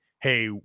hey